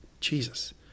jesus